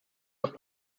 doch